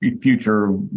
future